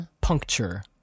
Puncture